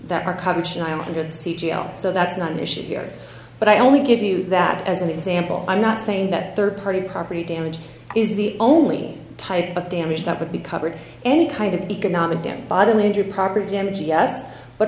that our coverage in ireland or the c g l so that's not an issue here but i only give you that as an example i'm not saying that third party property damage is the only type of damage that would be covered any kind of economic dam